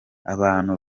abantu